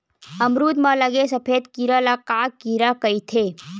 अमरूद म लगे सफेद कीरा ल का कीरा कइथे?